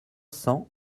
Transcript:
cents